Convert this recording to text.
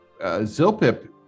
Zilpip